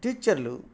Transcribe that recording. టీచర్లు